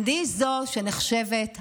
אני זו שנחשבת הזויה.